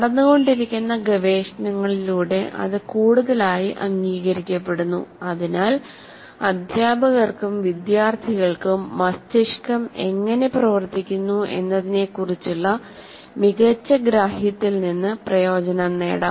നടന്നുകൊണ്ടിരിക്കുന്ന ഗവേഷണങ്ങളിലൂടെ ഇത് കൂടുതലായി അംഗീകരിക്കപ്പെടുന്നു അതിനാൽ അധ്യാപകർക്കും വിദ്യാർത്ഥികൾക്കും മസ്തിഷ്കം എങ്ങനെ പ്രവർത്തിക്കുന്നു എന്നതിനെക്കുറിച്ചുള്ള മികച്ച ഗ്രാഹ്യത്തിൽ നിന്ന് പ്രയോജനം നേടാം